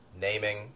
Naming